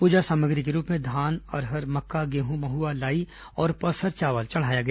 पूजा सामग्री के रूप में धान अरहर मक्का गेहूं महुआ लाई और पसहर चावल चढ़ाया गया